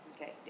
Okay